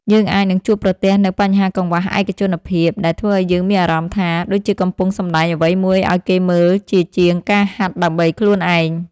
យើងអាចនឹងជួបប្រទះនូវបញ្ហាកង្វះឯកជនភាព ដែលធ្វើឱ្យយើងមានអារម្មណ៍ថា ដូចជាកំពុងសម្ដែងអ្វីមួយឱ្យគេមើលជាជាងការហាត់ដើម្បីខ្លួនឯង។